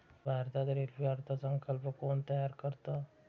भारतात रेल्वे अर्थ संकल्प कोण तयार करतं?